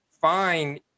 fine